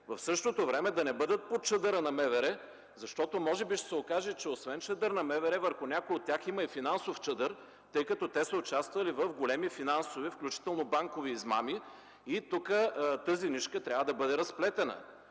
в същото време да не бъдат под чадъра на МВР, защото може да се окаже, че освен чадър на МВР, върху някои от тях има и финансов чадър, тъй като са участвали в големи финансови, включително банкови измами. Тук тази нишка трябва да бъде разплетена,